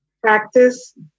practice